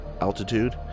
altitude